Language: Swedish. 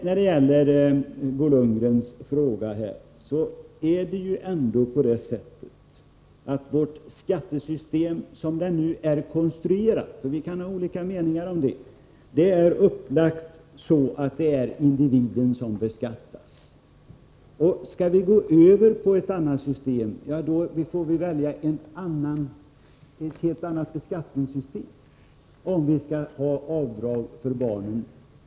När det gäller Bo Lundgrens fråga så är ju vårt skattesystem, som vi kan ha olika meningar om, så konstruerat att det är individen som beskattas. Om vi skall införa avdragsrätt för barnen, får vi välja ett helt annat beskattningssystem.